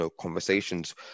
conversations